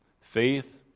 Faith